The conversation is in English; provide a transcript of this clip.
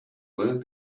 learned